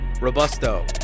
Robusto